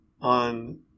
on